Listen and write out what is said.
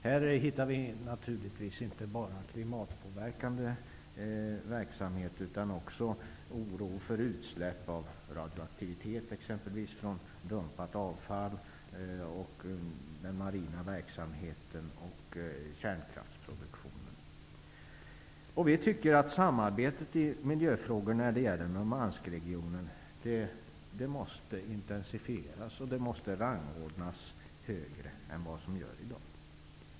Här hittar vi naturligtvis inte bara klimatpåverkande verksamhet utan också oro för exempelvis utsläpp av radioaktivitet från dumpat avfall, den marina verksamheten och kärnkraftsproduktionen. Vi tycker att samarbetet i miljöfrågor när det gäller Murmanskregionen måste intensifieras och rangordnas högre än vad som sker i dag.